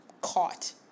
caught